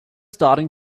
starting